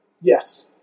Yes